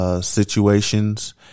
situations